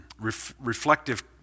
reflective